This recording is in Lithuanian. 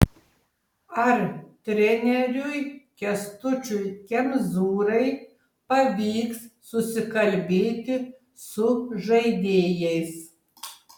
ar treneriui kęstučiui kemzūrai pavyks susikalbėti su žaidėjais